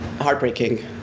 heartbreaking